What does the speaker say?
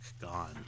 gone